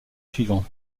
suivant